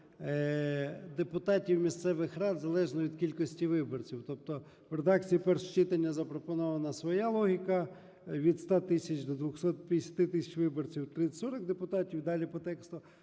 депутатів місцевих рад залежно від кількості виборців. Тобто в редакції першого читання запропонована своя логіка: від 100 тисяч до 250 тисяч виборців – 30-40 депутатів, далі по тексту.